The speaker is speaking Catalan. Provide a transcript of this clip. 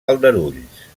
aldarulls